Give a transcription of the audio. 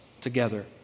together